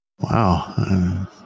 Wow